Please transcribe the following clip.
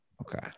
Okay